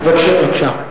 בבקשה.